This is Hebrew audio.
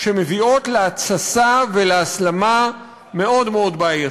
שמביאות להתססה ולהסלמה מאוד מאוד בעייתית.